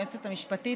היועצת המשפטית,